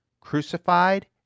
crucified